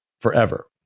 forever